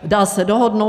Dá se dohodnout.